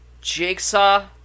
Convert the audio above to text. Jigsaw